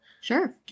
Sure